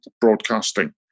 broadcasting